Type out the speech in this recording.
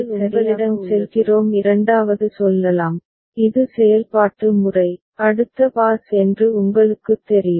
அடுத்து நாங்கள் உங்களிடம் செல்கிறோம் இரண்டாவது சொல்லலாம் இது செயல்பாட்டு முறை அடுத்த பாஸ் என்று உங்களுக்குத் தெரியும்